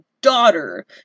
daughter